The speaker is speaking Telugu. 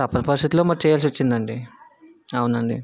తప్పని పరిస్థితులలో మరి చేయాల్సి వచ్చింది అండి అవును అండి